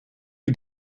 you